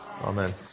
Amen